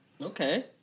Okay